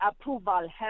approval